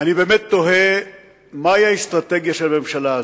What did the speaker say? אני באמת תוהה מהי האסטרטגיה של הממשלה הזאת.